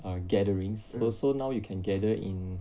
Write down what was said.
err gatherings so so now you can gather in